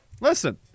listen